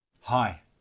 Hi